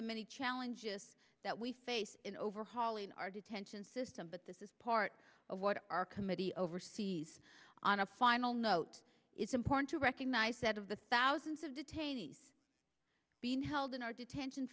the many challenges that we face in overhauling our detention system but this is part of what our committee oversees on a final note it's important to recognize that of the thousands of detainees being held in our detention